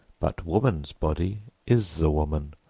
but woman's body is the woman.